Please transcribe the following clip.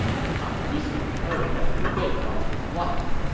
i recently heard that liu bei lost his wife.